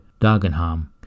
Dagenham